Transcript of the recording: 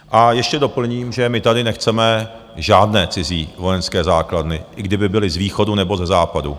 A ještě doplním, že my tady nechceme žádné cizí vojenské základny, i kdyby byly z východu, nebo ze západu.